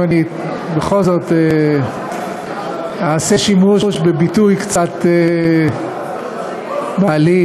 אם אני בכל זאת אעשה שימוש בביטוי קצת מעליב,